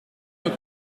een